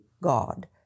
God